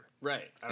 right